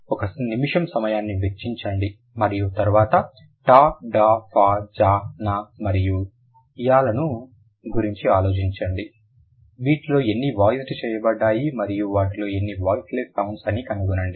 ఒక నిమిషం సమయాన్ని వెచ్చించండి మరియు తర్వాత ta da fa za na మరియు ia ల గురించి ఆలోచించండి వాటిలో ఎన్ని వాయిస్డ్ చేయబడ్డాయి మరియు వాటిలో ఎన్ని వాయిస్లెస్ సౌండ్స్ అని కనుగొనండి